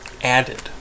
Added